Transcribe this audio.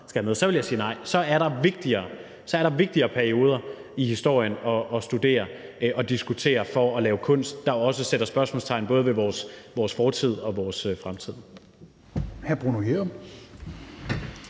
så er der vigtigere perioder i historien at studere og diskutere for at lave kunst, der også sætter spørgsmålstegn, både ved vores fortid og vores fremtid.